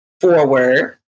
forward